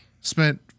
spent